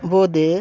বোঁদে